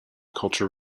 culture